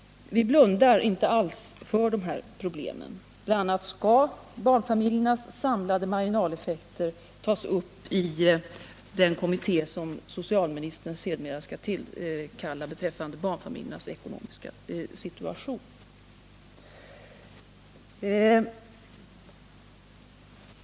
Vi blundar inte alls för de här problemen. BI. a. skall barnfamiljernas samlade marginaleffekter tas upp i den kommitté som socialministern kommer att tillkalla beträffande barnfamiljernas ekonomiska situation.